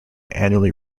annually